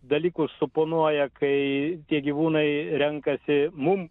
dalykus suponuoja kai tie gyvūnai renkasi mum